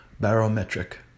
Barometric